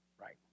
right